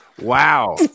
Wow